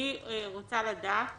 אני רוצה לדעת